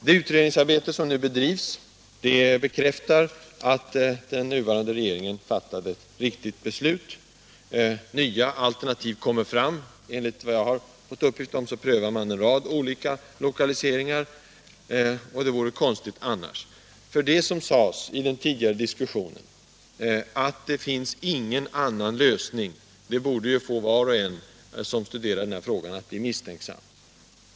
Det utredningsarbete som nu bedrivs, bekräftar att den nuvarande regeringen fattade ett riktigt beslut. Nya alternativ kommer fram. Enligt vad jag har fått uppgift om prövar man en rad olika lokaliseringar, och det vore konstigt annars. Det som sades i den tidigare diskussionen — att det inte finns någon annan lösning — borde få var och en som studerar den här frågan att bli misstänksam.